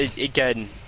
again